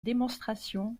démonstration